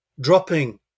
dropping